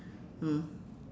mm